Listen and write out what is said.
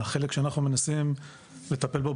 החלק שאנחנו מנסים לטפל בו,